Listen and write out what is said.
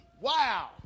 Wow